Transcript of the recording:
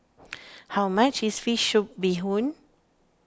how much is Fish Soup Bee Hoon